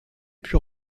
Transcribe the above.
put